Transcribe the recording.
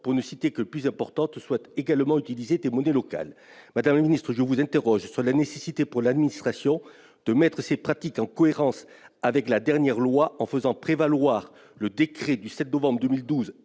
communes les plus importantes, souhaitent également utiliser des monnaies locales. Madame la secrétaire d'État, je vous interroge sur la nécessité pour l'administration de mettre ses pratiques en cohérence avec la dernière loi en faisant prévaloir le décret du 7 novembre 2012